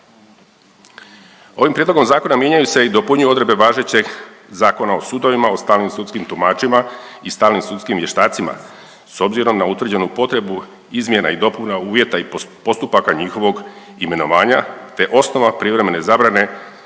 ovim prijedlogom zakona mijenjaju se i dopunjuju odredbe važećeg Zakona o sudovima u stalnim sudskim tumačima i stalnim sudskim vještacima s obzirom na utvrđenu potrebu izmjena i dopuna uvjeta i postupaka njihovog imenovanja te osnova privremene zabrane